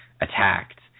attacked